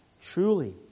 Truly